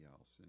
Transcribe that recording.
else